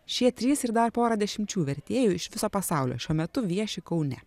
šie trys ir dar porą dešimčių vertėjų iš viso pasaulio šiuo metu vieši kaune